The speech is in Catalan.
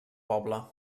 poble